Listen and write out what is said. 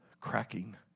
cracking